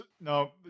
No